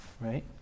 right